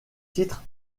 titres